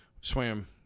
swam